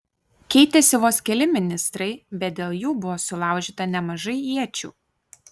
keitėsi vos keli ministrai bet dėl jų buvo sulaužyta nemažai iečių